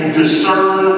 discern